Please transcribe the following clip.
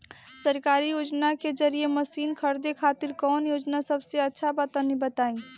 सरकारी योजना के जरिए मशीन खरीदे खातिर कौन योजना सबसे अच्छा बा तनि बताई?